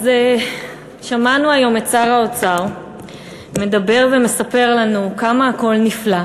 אז שמענו היום את שר האוצר מדבר ומספר לנו כמה הכול נפלא,